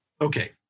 Okay